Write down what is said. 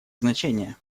значение